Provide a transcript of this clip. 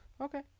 Okay